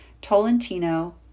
Tolentino